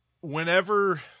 Whenever